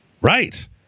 Right